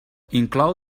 inclou